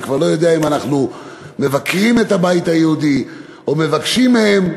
אני כבר לא יודע אם אנחנו מבקרים את הבית היהודי או מבקשים מהם.